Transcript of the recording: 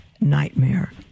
nightmare